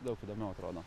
daug įdomiau atrodo